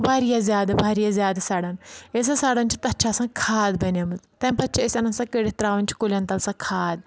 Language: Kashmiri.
واریاہ زیادٕ واریاہ زیادٕ سَڑان ییٚلہِ سُہ سَڑان چھُ تَتھ چھُ آسان کھاد بنیومٕت تمہِ پَتہٕ چھ أسۍ اَنان سۄ کٔڑِتھ تراوان چھ کُلؠن تَل سۄ کھاد